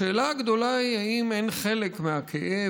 השאלה הגדולה היא האם אין חלק מהכאב